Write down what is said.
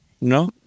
no